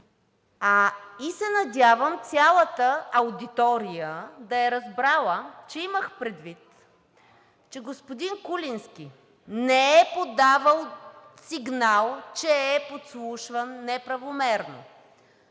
е към Вас, и цялата аудитория да е разбрала, имах предвид, че господин Куленски не е подавал сигнал, че е подслушван неправомерно,